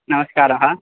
नमस्कारः